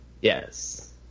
Yes